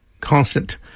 constant